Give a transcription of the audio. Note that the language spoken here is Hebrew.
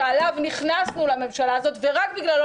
שעליו נכנסנו לממשלה הזאת ורק בגללו